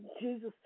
Jesus